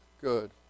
good